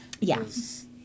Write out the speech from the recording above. yes